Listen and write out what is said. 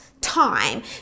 time